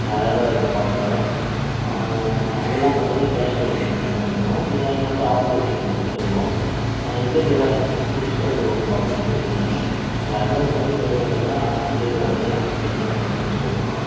அழகாக இருக்கும் பார்க்கவே அதெல்லாம் பார்த்திங்கன்னா கேஸ் வெல்டிங் ஃபுல்லாவுமே வந்துடும் அயர்ன் மட்டும் ஆர்ட் வெல்டிங்கில் பண்ணித்தருவோம் அது எப்படியும் இந்த முடிச்சு தந்துருவோம்ப்பா சீக்கிரத்தில் நீங்கள் அட்வான்ஸ் மட்டும் பே பண்ணிங்கன்னால் மெட்டிரியல் என்னென்னு பார்த்து முடிச்சு கொடுத்துருவோம்